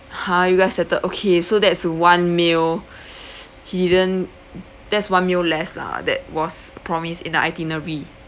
!huh! you guys settled okay so that's one meal he didn't that's one meal less lah that was promised in the itinerary